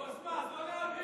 נו, אז מה, אז לא נעביר?